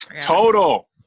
Total